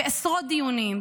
בעשרות דיונים,